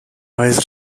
vez